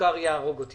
זה